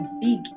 big